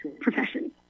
professions